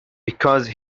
because